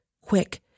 Quick